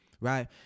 right